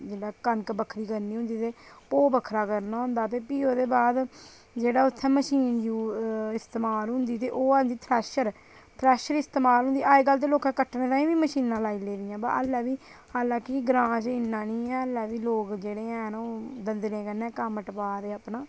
जेल्लै कनक बक्खरी करनी होंदी ते भो बक्खरा करना होंदा ते प्ही ओह्दे बाद ते जेह्ड़ी इत्थें मशीन इस्तेमाल होंदी ते ओह् होंदा थ्रैशर थ्रैशर इस्तेमाल होंदा ते अजकल ते लोकें कट्टने ताहीं बी मशीनां लाई लेदियां ते हालां कि ग्रांऽ च इ'न्ना निं ऐ ऐल्लै बी लोक जेह्ड़े है'न ओह् दंदलें कन्नै कम्म टपा दे अपना